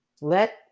Let